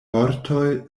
vortoj